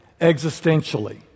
existentially